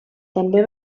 també